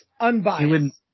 unbiased